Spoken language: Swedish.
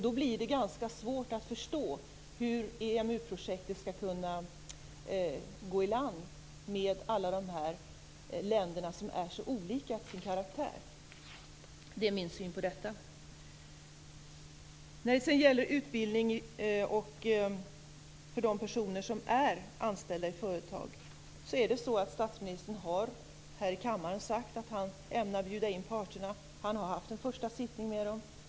Då blir det ganska svårt att förstå hur EMU-projektet skall kunna ros i land med alla de här länderna som är så olika till sin karaktär. Det är min syn på detta. När det sedan gäller utbildning för de personer som är anställda i företag har statsministern här i kammaren sagt att han ämnar bjuda in parterna. Han har haft en första sittning med dem.